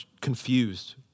confused